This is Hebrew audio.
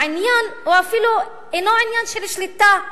העניין אפילו אינו עניין של שליטה,